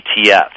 ETFs